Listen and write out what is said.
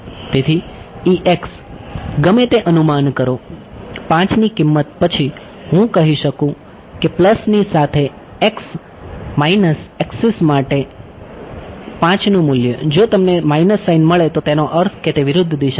તેથી ગમે તે અનુમાન કરો 5 ની કિંમત પછી હું કહી શકું કે પ્લસ ની સાથે x એક્સિસ માટે 5 નું મૂલ્ય જો તમને માઇનસ મળે તો તેનો અર્થ કે તે વિરુદ્ધ દિશામાં છે